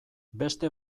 beste